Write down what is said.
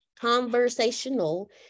conversational